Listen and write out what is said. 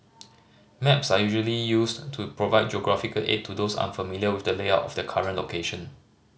maps are usually used to provide geographical aid to those unfamiliar with the layout of their current location